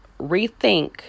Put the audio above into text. rethink